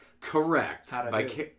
Correct